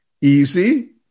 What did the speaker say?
Easy